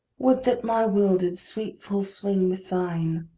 would that my will did sweep full swing with thine!